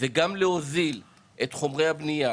וגם להוזיל את חומרי הבנייה